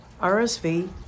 RSV